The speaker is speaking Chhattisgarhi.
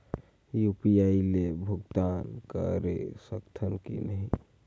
यू.पी.आई ले भुगतान करे सकथन कि नहीं?